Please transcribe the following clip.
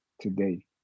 today